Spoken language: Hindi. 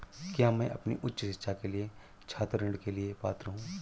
क्या मैं अपनी उच्च शिक्षा के लिए छात्र ऋण के लिए पात्र हूँ?